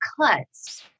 cuts